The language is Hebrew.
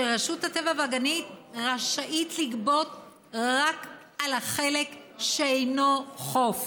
שרשות הטבע והגנים רשאית לגבות רק על החלק שאינו חוף.